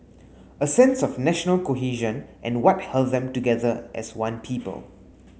a sense of national cohesion and what held them together as one people